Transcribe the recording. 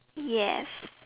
yes